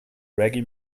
reggae